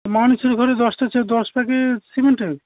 মানুষের ঘরে দশটা চা দশ প্যাকেট সিমেন্টের